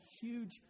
huge